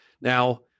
Now